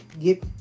get